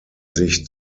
sich